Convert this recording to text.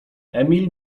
emil